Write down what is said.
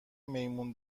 میمون